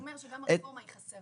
הוא אומר שגם הרפורמה היא חסרה.